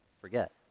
forget